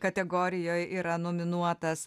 kategorijoj yra nominuotas